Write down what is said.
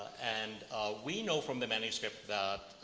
and we know from the manuscript that